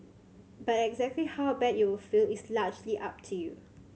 but exactly how bad you will feel is largely up to you